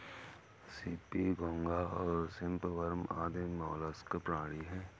CP, घोंगा और shrimp worm आदि मौलास्क प्राणी हैं